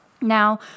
Now